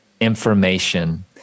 information